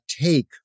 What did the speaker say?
take